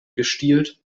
gestielt